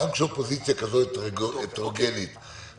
כשאופוזיציה הטרוגנית כזאת,